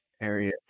area